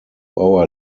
our